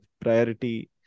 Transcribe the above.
priority